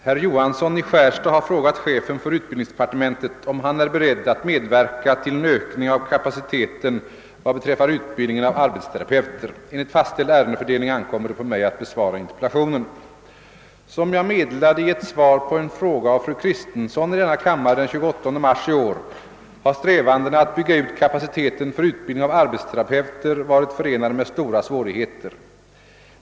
Herr talman! Herr Johansson i Skärstad har frågat chefen för utbildningsdepartementet om han är beredd att medverka till en ökning av kapaciteten vad beträffar utbildning av arbetsterapeuter. Enligt fastställd ärendesfördel ning ankommer det på mig att besvara interpellationen. Som jag meddelade i ett svar på en fråga av fru Kristensson i denna kammare den 28 mars i år har strävandena att bygga ut kapaciteten för utbildning av arbetsterapeuter varit förenade med stora svårigheter.